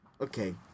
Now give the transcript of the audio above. Okay